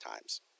times